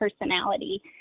personality